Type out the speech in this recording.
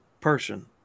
person